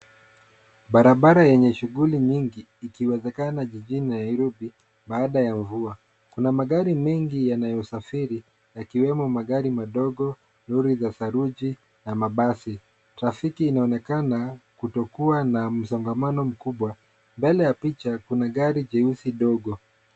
Barabara yenye shughuli nyingi ikiwezekana jijini Nairobi baada ya mvua. Kuna magari mengi yanayo safiri yakiwemo magari madogo, lori za saruji na mabasi . Trafiki inaonekana kutokuwa na msongamano mkubwa . Mnele ya picha kuna jeusi ndogo.